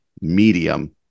medium